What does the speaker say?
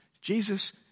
Jesus